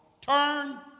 turn